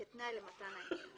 כתנאי למתן ההיתר.